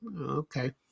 Okay